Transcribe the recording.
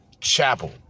Chapel